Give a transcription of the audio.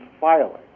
filing